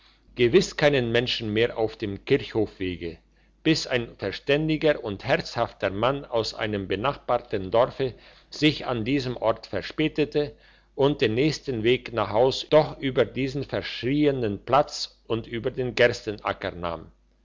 gewiss keinen menschen mehr auf dem kirchhofwege bis ein verständiger und herzhafter mann aus einem benachbarten dorfe sich an diesem ort verspätete und den nächsten weg nach haus doch über diesen verschrienen platz und über den gerstenacker nahm